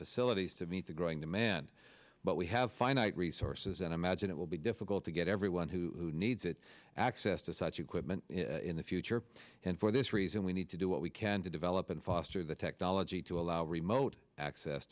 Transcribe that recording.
facilities to meet the growing demand but we have finite resources and imagine it will be difficult to get everyone who needs it access to such equipment in the future and for this reason we need to do what we can to develop and foster the technology to allow remote access